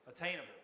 attainable